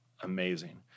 amazing